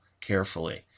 carefully